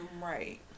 Right